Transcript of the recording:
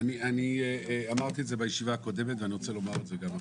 אני אמרתי את זה בישיבה הקודמת ואני רוצה לומר את זה גם עכשיו.